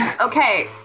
Okay